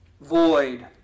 Void